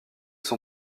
son